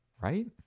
right